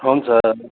हुन्छ